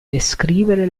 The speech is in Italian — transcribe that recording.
descrivere